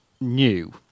new